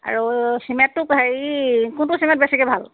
আৰু চিমেণ্টটো হেৰি কোনটো চিমেণ্ট বেছিকৈ ভাল